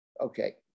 Okay